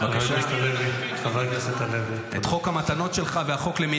הרי אתה לא מכיר את החוקים שאתה מקשקש עליהם.